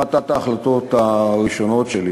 אחת ההחלטות הראשונות שלי